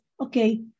okay